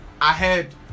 ahead